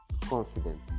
confident